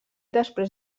després